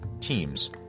teams